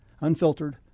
unfiltered